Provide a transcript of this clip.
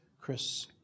Chris